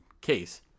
case